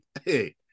hey